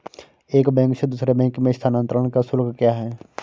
एक बैंक से दूसरे बैंक में स्थानांतरण का शुल्क क्या है?